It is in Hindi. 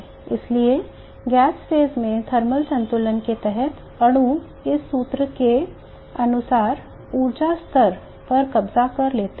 इसलिए गैस फेस में थर्मल संतुलन के तहत अणु इस सूत्र के अनुसार ऊर्जा स्तर पर कब्जा कर लेते हैं